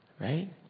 right